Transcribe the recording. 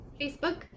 facebook